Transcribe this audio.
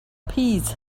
piece